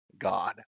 God